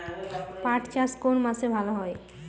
পাট চাষ কোন মাসে ভালো হয়?